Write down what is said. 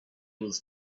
was